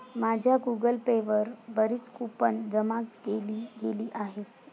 माझ्या Google Pay वर बरीच कूपन जमा केली गेली आहेत